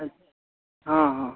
अच हाँ हाँ